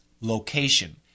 location